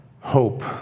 Hope